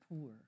poor